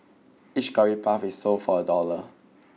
each Curry Puff is sold for a dollar